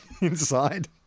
inside